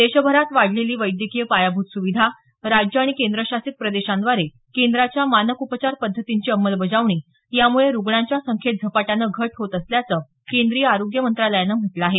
देशभरात वाढलेली वैद्यकीय पायाभूत सुविधा राज्य आणि केंद्रशासित प्रदेशांद्वारे केंद्राच्या मानक उपचार पद्धतींची अंमलबजावणी यामुळे रुग्णांच्या संख्येत झपाट्यानं घट होत असल्याचं केंद्रीय आरोग्य मंत्रालयानं म्हटलं आहे